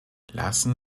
lassen